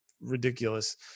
ridiculous